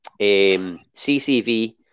CCV